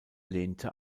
lehnte